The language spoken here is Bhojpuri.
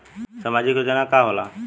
सामाजिक योजना का होला?